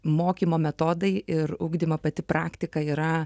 mokymo metodai ir ugdymo pati praktika yra